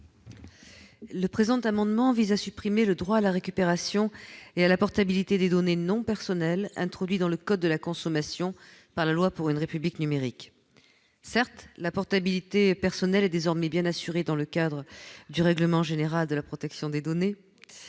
? Cet amendement vise à supprimer le droit à la récupération et à la portabilité des données non personnelles introduit dans le code de la consommation par la loi pour une République numérique. Certes, la portabilité des données personnelles est désormais bien assurée dans le cadre du RGPD. C'est l'un des nouveaux